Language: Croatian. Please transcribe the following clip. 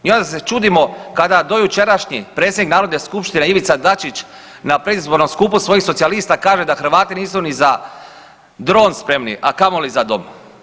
I onda se čudimo kada dojučerašnji predsjednik Narodne skupštine Ivica Dačić na predizbornom skupu svojih socijalista da Hrvati nisu ni za dron spremni, a kamoli za dom.